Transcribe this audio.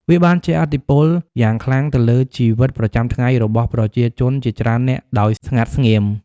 វាបានជះឥទ្ធិពលយ៉ាងខ្លាំងទៅលើជីវិតប្រចាំថ្ងៃរបស់ប្រជាជនជាច្រើននាក់ដោយស្ងាត់ស្ងៀម។